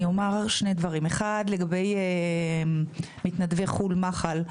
אני אומר שני דברים, אחד לגבי מתנדבי חו"ל, מח"ל.